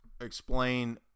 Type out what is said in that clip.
explain